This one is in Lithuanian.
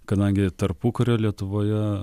kadangi tarpukario lietuvoje